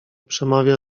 przemawia